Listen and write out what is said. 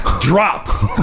drops